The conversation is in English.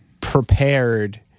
prepared